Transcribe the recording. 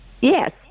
yes